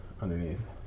underneath